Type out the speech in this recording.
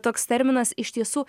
toks terminas iš tiesų